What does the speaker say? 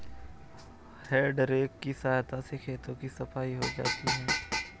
हेइ रेक की सहायता से खेतों की सफाई हो जाती है